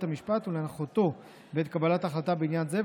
המשפט ולהנחותו בעת קבלת החלטה בעניין זה,